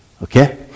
Okay